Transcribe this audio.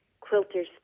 quilters